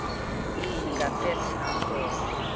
ᱤᱧ ᱜᱟᱛᱮ ᱥᱟᱶᱛᱮ